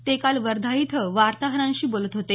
ते काल वर्धा इथं वार्ताहरांशी बोलत होते